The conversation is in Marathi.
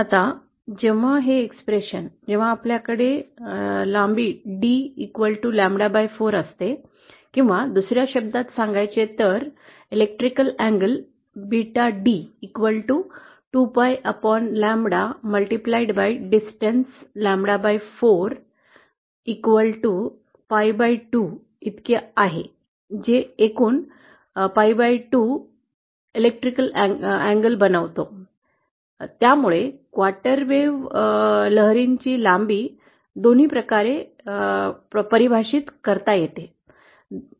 आता जेव्हा हे एक्सप्रेशन जेव्हा आपल्याकडे डी लांबी लॅम्ब्डा4 असते किंवा दुस या शब्दांत सांगायचे तर इलेक्ट्रिकल अँगल बीटा डी 2PIलॅम्ब्डा DISTANCE लॅम्ब्डा4 PI2 इतके आहे जे एकूण PI2 विद्युत कोन बनवते त्यामुळे क्वार्टर लहरींची लांबी दोन्ही प्रकारे परिभाषित करता येते